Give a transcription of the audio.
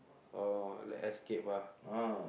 oh like escape ah